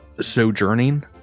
sojourning